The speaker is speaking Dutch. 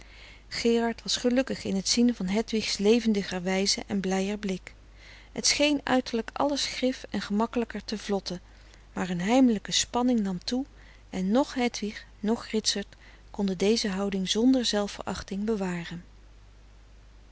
gerard was gelukkig in t zien van hedwig's levendiger wijze en blijer blik het scheen uiterlijk alles grif en gemakkelijker te vlotten maar een heimelijke spanning nam toe en noch hedwig noch ritsert konden deze houding zonder zelfverachting bewaren